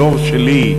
הדור שלי,